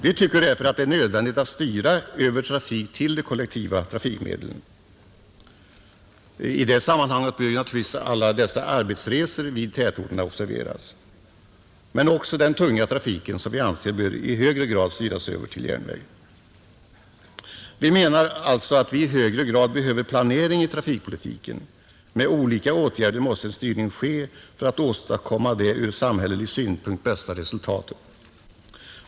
Vi tycker därför att det är nödvändigt att styra över trafiken till de kollektiva trafikmedlen, I det sammanhanget bör givetvis alla arbetsresor i tätorterna observeras men också den tunga trafiken som vi anser i större utsträckning bör styras över till järnväg. Vi menar alltså att det i högre grad behövs planering i trafikpolitiken. Med olika åtgärder måste en styrning ske för att åstadkomma det ur samhällelig synvinkel bästa resultatet.